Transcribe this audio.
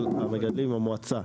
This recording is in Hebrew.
של המגדלים עם המועצה.